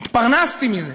התפרנסתי מזה,